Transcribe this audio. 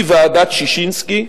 היא ועדת-ששינסקי,